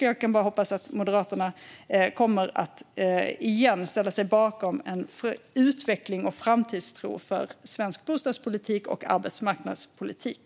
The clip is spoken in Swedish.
Jag kan bara hoppas att Moderaterna åter kommer att ställa sig bakom en utveckling och framtidstro för svensk bostadspolitik och arbetsmarknadspolitik.